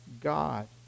God